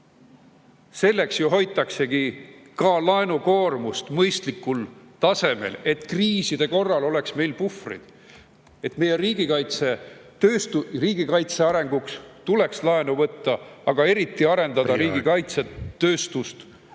Selleks ju hoitaksegi laenukoormust mõistlikul tasemel, et kriiside korral oleks meil puhvreid. Meie riigikaitse arenguks tuleks laenu võtta, aga eriti arendada … Teie aeg! … riigikaitsetööstust,